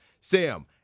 Sam